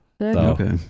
Okay